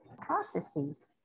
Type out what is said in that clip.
processes